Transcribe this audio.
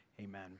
Amen